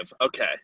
okay